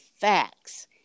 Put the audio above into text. facts